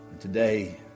Today